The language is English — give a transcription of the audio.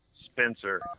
Spencer